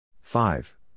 Five